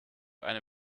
eine